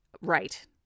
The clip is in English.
Right